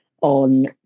on